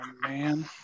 man